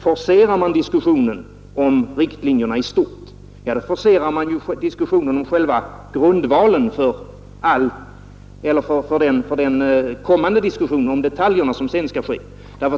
Forcerar man diskussionen om riktlinjerna i stort, forcerar man nämligen också diskussionen om själva grundvalen för den diskussion om detaljerna som sedan skall komma.